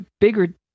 bigger